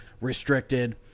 Restricted